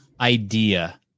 idea